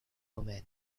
woman